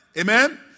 Amen